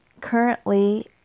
currently